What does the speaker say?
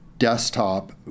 desktop